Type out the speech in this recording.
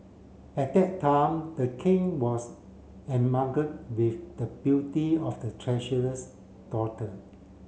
at that time the king was with the beauty of the treasurer's daughter